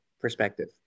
perspective